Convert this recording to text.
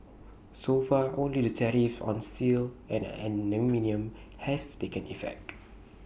so far only the tariffs on steel and aluminium have taken effect